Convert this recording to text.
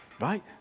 Right